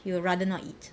he would rather not eat